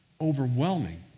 overwhelming